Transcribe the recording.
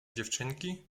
dziewczynki